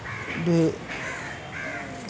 দুই